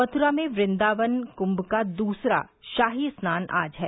मथुरा में वृन्दावन कुम्भ का दूसरा शाही स्नान आज है